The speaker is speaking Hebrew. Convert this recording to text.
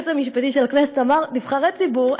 היועץ המשפטי של הכנסת אמר: נבחרי ציבור,